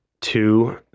two